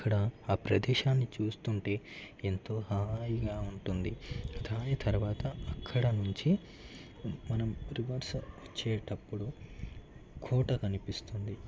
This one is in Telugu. అక్కడ ఆ ప్రదేశాన్ని చూస్తుంటే ఎంతో హాయిగా ఉంటుంది దాని తర్వాత అక్కడ నుంచి మనం రివర్స్ వచ్చేటప్పుడు కోట కనిపిస్తుంది